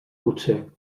potser